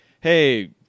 hey